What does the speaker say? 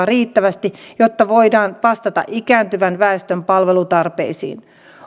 riittävästi jotta voidaan vastata ikääntyvän väestön palvelutarpeisiin